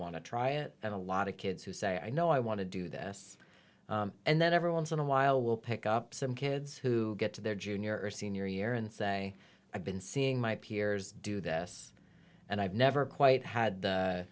to try it and a lot of kids who say i know i want to do this and then every once in a while we'll pick up some kids who get to their junior senior year and say i've been seeing my peers do this and i've never quite had the